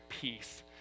peace